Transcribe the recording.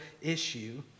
issue